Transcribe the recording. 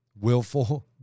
willful